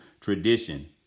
tradition